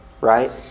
right